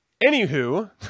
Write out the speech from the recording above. anywho